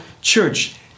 church